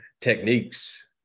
techniques